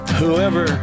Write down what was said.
whoever